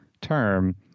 term